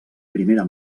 primera